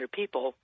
people